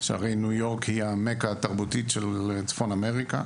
שהרי ניו-יורק היא המכה התרבותית של צפון אמריקה